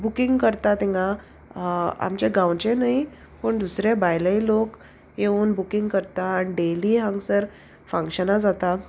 booking करता तिंगा आमचे गांवचे न्हय पूण दुसरे भायलेय लोक येवन बुकींग करता आनी डेली हांगसर फंक्शनां जाता